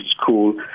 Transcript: school